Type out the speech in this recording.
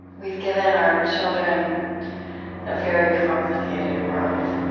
we've given our children a very complicated world,